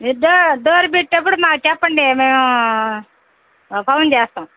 door పెట్టేప్పుడు మాకు చెప్పండి మేము ఫోను చేస్తాం